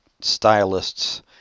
stylists